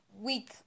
week